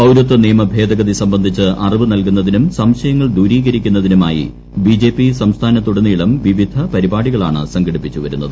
പൌരത്വ നിയമഭേദഗതി സംബന്ധിച്ച് അറിവ് നൽകുന്നതിനും സംശയങ്ങൾ ദൂരീകരിക്കുന്നതിനുമായി ബിജെപി സംസ്ഥാനത്തുടനീളം വിവിധ പരിപാടികളാണ് സംഘടിപ്പിച്ചു വരുന്നത്